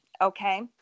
okay